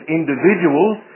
individuals